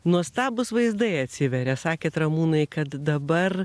nuostabūs vaizdai atsiveria sakėt ramūnai kad dabar